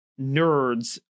nerds